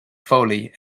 foley